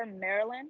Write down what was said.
Maryland